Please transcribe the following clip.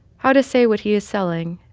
how to say what he is selling